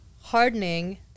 hardening